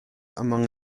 among